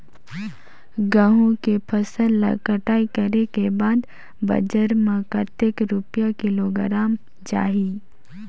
गंहू के फसल ला कटाई करे के बाद बजार मा कतेक रुपिया किलोग्राम जाही?